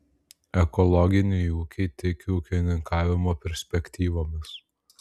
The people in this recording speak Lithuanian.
ekologiniai ūkiai tiki ūkininkavimo perspektyvomis